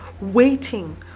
waiting